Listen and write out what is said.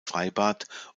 freibad